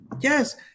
Yes